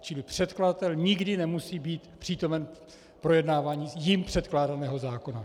Čili: předkladatel nikdy nemusí být přítomen projednávání jím předkládaného zákona.